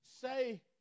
say